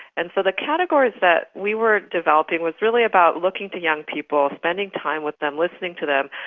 and so the categories that we were developing was really about looking to young people, spending time with them, listening to them,